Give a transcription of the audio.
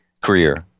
career